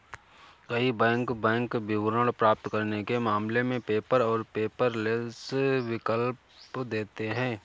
कई bank bank विवरण प्राप्त करने के मामले में पेपर और पेपरलेस विकल्प देते हैं